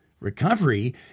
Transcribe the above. Recovery